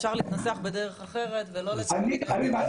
אפשר להתנסח בדרך אחרת ולא --- אני